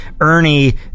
Ernie